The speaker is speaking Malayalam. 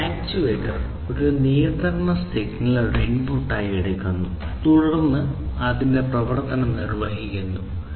ഒരു ആക്റ്റേറ്റർ ഒരു നിയന്ത്രണ സിഗ്നൽ ഒരു ഇൻപുട്ടായി എടുക്കുന്നു തുടർന്ന് അത് അതിന്റെ പ്രവർത്തനം നിർവ്വഹിക്കുന്നു